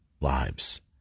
lives